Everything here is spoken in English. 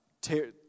tear